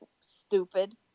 stupid